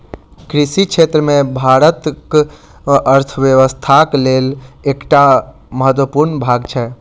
कृषि क्षेत्र भारतक अर्थव्यवस्थाक लेल एकटा महत्वपूर्ण भाग छै